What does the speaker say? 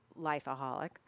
lifeaholic